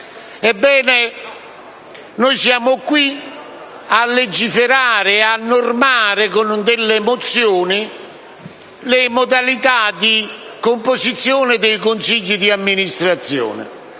noi siamo qui a legiferare e a normare con delle mozioni le modalità di composizione dei consigli di amministrazione.